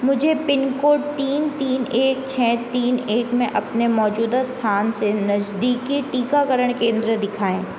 मुझे पिनकोड तीन तीन एक छ तीन एक में अपने मौजूदा स्थान से नज़दीकी टीकाकरण केंद्र दिखाएँ